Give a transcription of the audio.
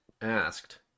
asked